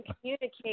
communicate